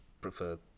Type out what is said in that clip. prefer